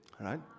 Right